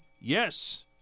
yes